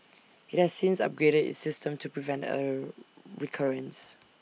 IT has since upgraded its system to prevent A recurrence